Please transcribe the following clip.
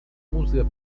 musica